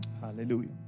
Hallelujah